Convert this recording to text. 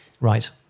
Right